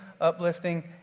uplifting